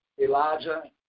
Elijah